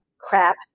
Crap